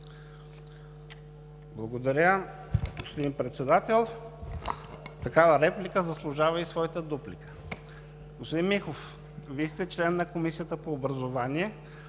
Благодаря, господин Председател. Такава реплика заслужава и своята дуплика. Господин Михов, Вие сте член на Комисията по образованието